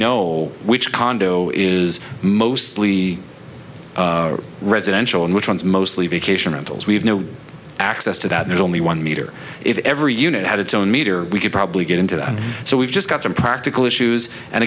know which condo is mostly residential and which ones mostly be cation rentals we have no access to that there's only one meter if every unit had its own meter we could probably get into that so we've just got some practical issues and